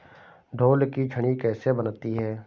ढोल की छड़ी कैसे बनती है?